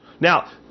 Now